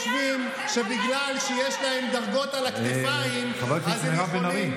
שחושבים שבגלל שיש להם דרגות על הכתפיים אז הם יכולים,